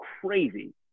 crazy